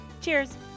Cheers